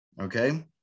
okay